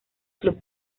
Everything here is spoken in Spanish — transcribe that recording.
club